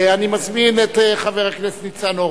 נעבור